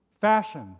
fashion